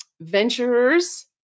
Venturers